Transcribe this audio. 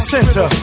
Center